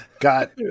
Got-